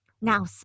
now